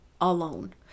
alone